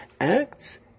acts